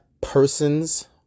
persons